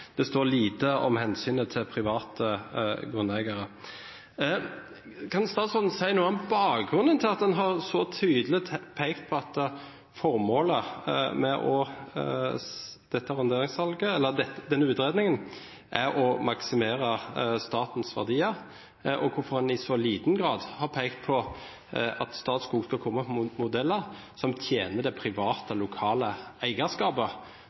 Det står lite om hensynet til private grunneiere. Kan statsråden si noe om bakgrunnen for at en så tydelig har pekt på at formålet med denne utredningen er å maksimere statens verdier, og hvorfor en i så liten grad har pekt på at Statskog skal komme opp med modeller som tjener det private, lokale eierskapet,